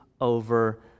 over